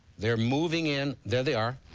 they're moving in. there they are.